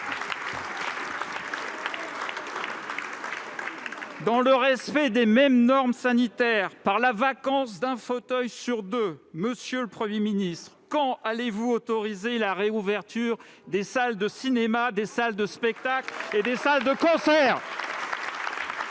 Dans le respect des mêmes normes sanitaires, soit la vacance d'un fauteuil sur deux, monsieur le Premier ministre, quand allez-vous autoriser la réouverture des salles de cinéma, des salles de spectacle et des salles de concert ?